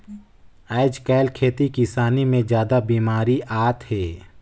आयज कायल के खेती किसानी मे जादा बिमारी आत हे